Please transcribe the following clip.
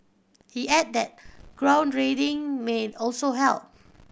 he add that may also help